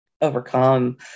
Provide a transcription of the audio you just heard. overcome